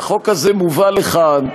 והחוק הזה הובא לכאן,